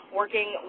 working